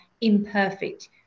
imperfect